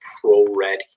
pro-ready